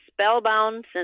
Spellbound